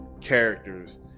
characters